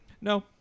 No